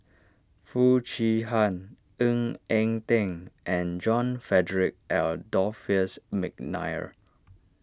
Foo Chee Han Ng Eng Teng and John Frederick Adolphus McNair